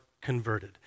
converted